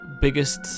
biggest